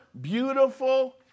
beautiful